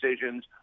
decisions